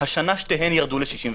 השנה שתיהן ירדו ל-65%.